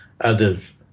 others